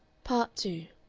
part two